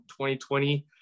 2020